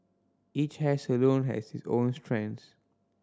each hair salon has its own strengths